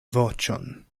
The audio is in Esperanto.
voĉon